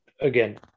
again